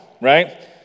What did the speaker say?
right